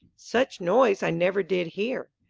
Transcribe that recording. such noise i never did hear!